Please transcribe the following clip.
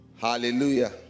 hallelujah